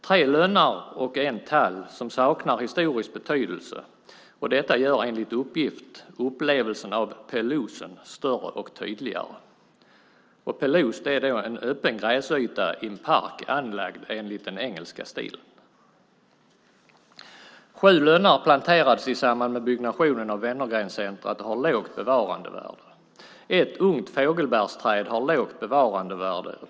Tre lönnar och en tall saknar historisk betydelse, och detta gör enligt uppgift upplevelsen av pelousen större och tydligare. Pelous är en öppen gräsyta i en park anlagd enligt den engelska stilen. Sju lönnar planterades i samband med byggnationen av Wenner-Gren Center och har lågt bevarandevärde. Ett ungt fågelbärsträd har lågt bevarandevärde.